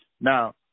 Now